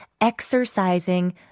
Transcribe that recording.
exercising